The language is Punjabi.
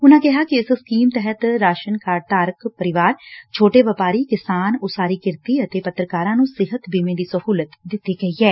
ਉਨਾਂ ਕਿਹਾ ਕਿ ਇਸ ਸਕੀਮ ਤਹਿਤ ਰਾਸ਼ਨ ਕਾਰਡ ਧਾਰਕ ਪਰਿਵਾਰ ਛੋਟੇ ਵਪਾਰੀ ਕਿਸਾਨ ਉਸਾਰੀ ਕਿਰਤੀ ਅਤੇ ਪੱਤਰਕਾਰਾਂ ਨੂੰ ਸਿਹਤ ਬੀਮੇ ਦੀ ਸਹੁਲਤ ਦਿੱਤੀ ਗਈ ਐ